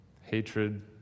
Hatred